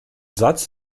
satz